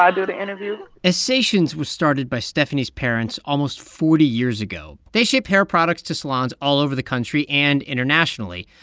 yeah do the interview? essations was started by stephanie's parents almost forty years ago. they ship hair products to salons all over the country and internationally.